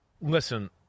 listen